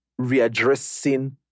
readdressing